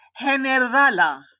Generala